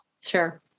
sure